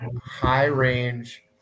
high-range